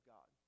God